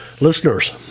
listeners